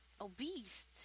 obese